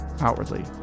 outwardly